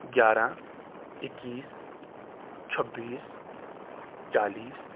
گیارہ اکیس چھبیس چالیس